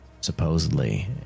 supposedly